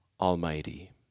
Almighty